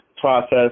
process